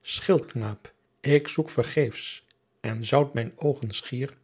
schildkn ik zoek vergeefs en zoud mijn oogenschier